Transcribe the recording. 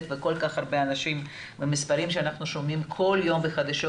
וכל כך הרבה אנשים והמספרים שאנחנו שומעים כל יום בחדשות,